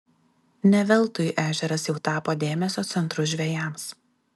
ne veltui ežeras jau tapo dėmesio centru žvejams